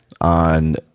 on